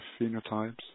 phenotypes